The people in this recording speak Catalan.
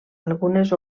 algunes